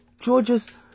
George's